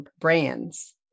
brands